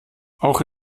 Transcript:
auch